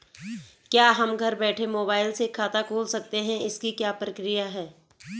क्या हम घर बैठे मोबाइल से खाता खोल सकते हैं इसकी क्या प्रक्रिया है?